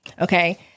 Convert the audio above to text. okay